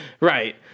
Right